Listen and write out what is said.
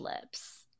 lips